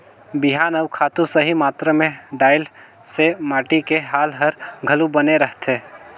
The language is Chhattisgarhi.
बिहान अउ खातू सही मातरा मे डलाए से माटी के हाल हर घलो बने रहथे